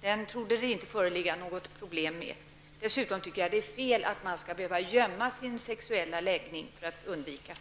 Det torde därför inte vara något problem med bevisningen. Dessutom tycker jag att det är fel att man skall behöva undanhålla sin sexuella läggning för att undvika